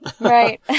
Right